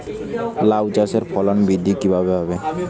লাউ চাষের ফলন বৃদ্ধি কিভাবে হবে?